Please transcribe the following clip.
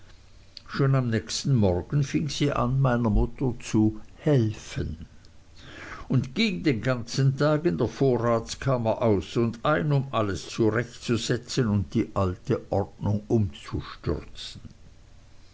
schon am nächsten morgen fing sie an meiner mutter zu helfen und ging den ganzen tag in der vorratskammer aus und ein um alles zurechtzusetzen und die alte ordnung umzustürzen